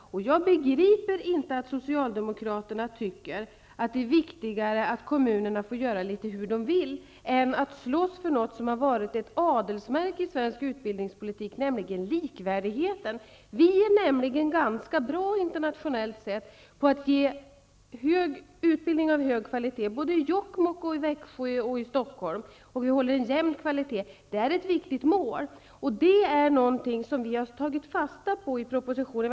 Jag begriper inte varför Socialdemokraterna tycker att det är viktigare att kommunerna får göra litet hur de vill än att slåss för något som varit ett adelsmärke i svensk utbildningspolitik, nämligen likvärdigheten. Vi är internationellt sätt ganska bra på att ge utbildning av hög kvalitet i Jokkmokk, i Växjö och i Stockholm, och vi håller en jämn kvalitet. Det är ett viktigt mål. Detta är något som regeringen har tagit fasta på i propositionen.